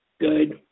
good